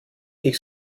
ich